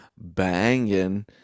banging